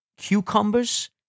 cucumbers